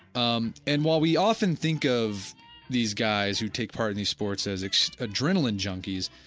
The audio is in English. um and while we often think of these guys who take part in these sports as adrenaline junkies,